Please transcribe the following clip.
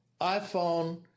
iPhone